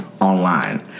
Online